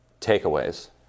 takeaways